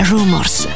Rumors